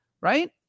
right